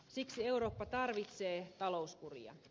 siksi eurooppa tarvitsee talouskuria